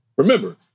Remember